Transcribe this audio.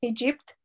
Egypt